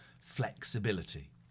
flexibility